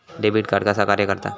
Debit card कसा कार्य करता?